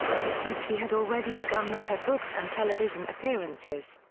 a pursuit she had already begun with her books and television appearances.